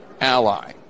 ally